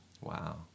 Wow